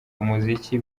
umuziki